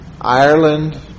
Ireland